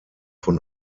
von